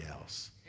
else